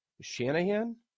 Shanahan